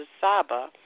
Saba